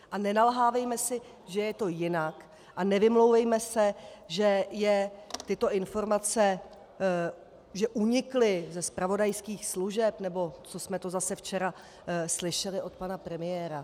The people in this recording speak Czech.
A nenalhávejme si, že je to jinak, a nevymlouvejme se, že je tyto informace, že unikly ze zpravodajských služeb, nebo co jsme to zase včera slyšeli od pana premiéra.